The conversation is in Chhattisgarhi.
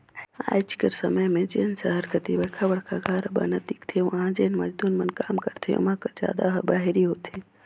आएज कर समे में जेन सहर कती बड़खा बड़खा घर बनत दिखथें उहां जेन मजदूर मन काम करथे ओमा कर जादा ह बाहिरी होथे